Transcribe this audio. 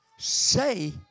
say